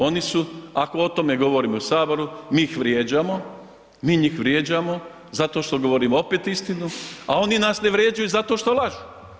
Ono su ako o tome govorimo u Saboru, mi ih vrijeđamo, mi njih vrijeđamo zato što govorimo opet istinu a oni nas ne vrijeđaju zato što lažu.